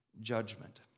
judgment